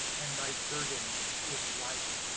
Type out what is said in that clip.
and my burden is light.